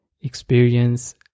Experience